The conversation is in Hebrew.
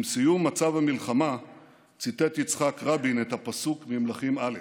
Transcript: עם סיום מצב המלחמה ציטט יצחק רבין את הפסוק ממלכים א',